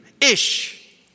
ish